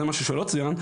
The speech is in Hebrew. זה משהו שלא צויין,